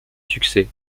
succès